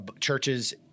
churches